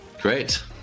Great